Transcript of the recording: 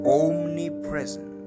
omnipresent